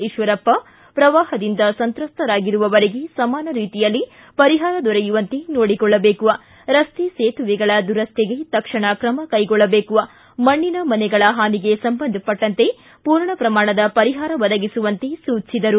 ಈಶ್ವರಪ್ಪ ಪ್ರವಾಹದಿಂದ ಸಂತ್ರಸ್ತರಾಗಿರುವವರಿಗೆ ಸಮಾನ ರೀತಿಯಲ್ಲಿ ಪರಿಹಾರ ದೊರೆಯುವಂತೆ ನೋಡಿಕೊಳ್ಳಬೇಕು ರಸ್ತೆ ಸೇತುವೆಗಳ ದುರಸ್ವಿಗೆ ತಕ್ಷಣ ಕ್ರಮ ಕೈಗೊಳ್ಳಬೇಕು ಮಣ್ಣಿನ ಮನೆಗಳ ಹಾನಿಗೆ ಸಂಬಂಧಪಟ್ಟಂತೆ ಪೂರ್ಣಪ್ರಮಾಣದ ಪರಿಹಾರ ಒದಗಿಸುವಂತೆ ಸೂಚಿಸಿದರು